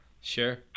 Sure